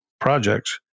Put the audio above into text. projects